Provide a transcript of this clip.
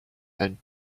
and